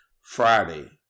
Friday